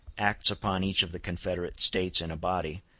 acts upon each of the confederate states in a body,